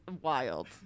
wild